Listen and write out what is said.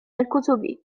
الكتب